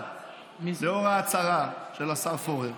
אבל לאור ההצהרה של השר פורר,